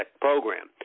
program